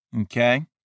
Okay